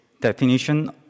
definition